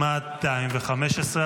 -- 215.